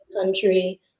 country